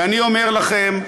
ואני אומר לכם,